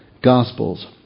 Gospels